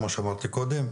כמו שאמרתי קודם,